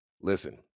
Listen